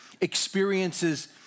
experiences